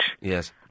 Yes